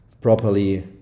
properly